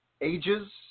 Ages